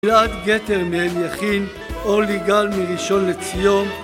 גלעד גטר מאליכין, אולי גל מראשון לציון